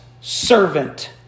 servant